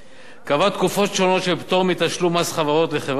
קבע תקופות שונות של פטור מתשלום מס חברות לחברה בעלת